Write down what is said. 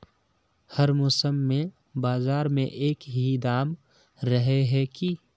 हर मौसम में बाजार में एक ही दाम रहे है की?